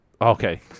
okay